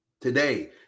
Today